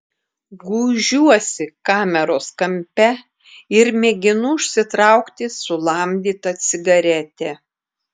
gūžiuosi kameros kampe ir mėginu užsitraukti sulamdytą cigaretę